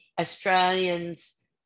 Australians